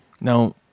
Now